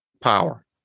power